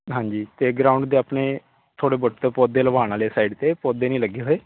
ਹਾਂਜੀ ਅਤੇ ਗਰਾਊਂਡ ਦੇ ਆਪਣੇ ਥੋੜ੍ਹੇ ਬਹੁਤ ਪੌਦੇ ਲਗਵਾਉਣ ਵਾਲੇ ਸਾਈਡ 'ਤੇ ਪੌਦੇ ਨਹੀਂ ਲੱਗੇ ਹੋਏ